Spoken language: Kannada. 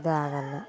ಇದು ಆಗೋಲ್ಲ